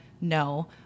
No